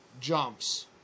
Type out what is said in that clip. jumps